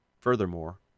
Furthermore